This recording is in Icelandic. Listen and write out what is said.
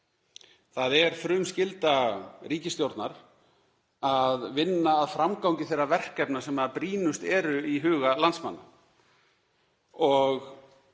Það er frumskylda ríkisstjórnar að vinna að framgangi þeirra verkefna sem brýnust eru í huga landsmanna